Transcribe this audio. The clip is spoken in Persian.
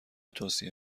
توصیه